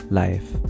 life